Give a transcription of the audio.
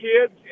kids